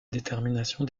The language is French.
détermination